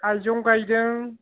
आइजं गायदों